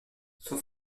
son